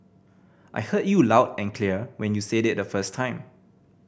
I heard you loud and clear when you said it the first time